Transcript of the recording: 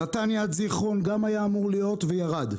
נתניה עד זכרון גם היה אמור להיות וירד.